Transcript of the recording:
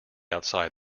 outside